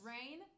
Rain